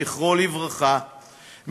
זכרו לברכה,